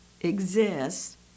exists